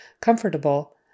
comfortable